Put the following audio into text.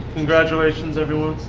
congratulations everyone.